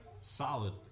Solid